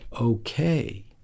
okay